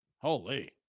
Holy